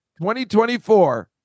2024